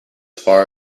far